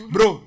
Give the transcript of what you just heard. Bro